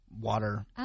water